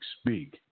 speak